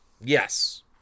Yes